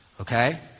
okay